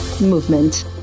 movement